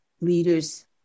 leaders